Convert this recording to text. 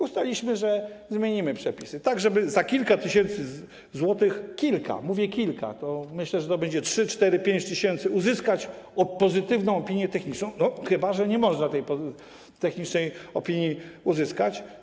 Ustaliliśmy, że zmienimy przepisy, tak żeby za kilka tysięcy złotych - kilka, mówię: kilka, myślę, że to będzie 3, 4, 5 tys. zł - uzyskać pozytywną opinię techniczną, no chyba że nie można tej opinii technicznej uzyskać.